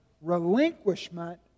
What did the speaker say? relinquishment